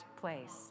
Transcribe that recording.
place